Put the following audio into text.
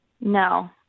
No